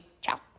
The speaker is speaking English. Ciao